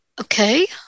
Okay